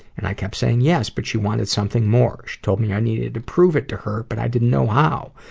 and i kept saying yes, but she wanted something more. she told me i needed to prove it to her, but i didn't know how.